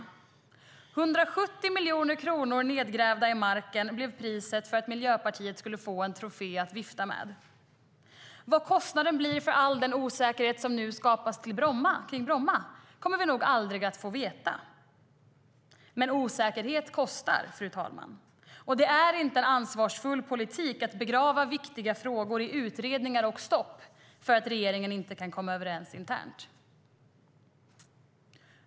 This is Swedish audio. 170 miljoner kronor nedgrävda i marken blev priset för att Miljöpartiet skulle få en trofé att vifta med. Vad kostnaden blir för all den osäkerhet som skapas kring Bromma kommer vi nog aldrig att få veta. Men osäkerhet kostar, och det är inte ansvarsfull politik att begrava viktiga frågor i utredningar och stopp för att regeringen inte kan komma överens internt.